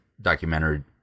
documentary